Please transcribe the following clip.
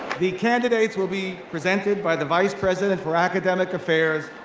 the candidates will be presented by the vice president for academic affairs,